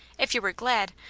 if you were glad,